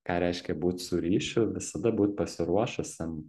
ką reiškia būt su ryšiu visada būt pasiruošusiam